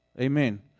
Amen